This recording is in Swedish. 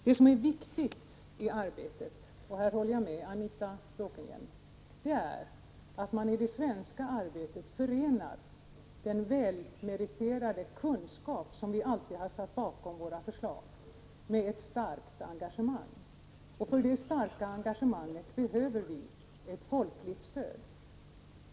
Det som är viktigt i arbetet, och här håller jag med Anita Bråkenhielm, är att man i det svenska arbetet förenar den välmeriterade kunskap som vi alltid har satt bakom våra förslag med ett starkt engagemang. För det starka engagemanget behöver vi ett folkligt stöd.